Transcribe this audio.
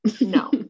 No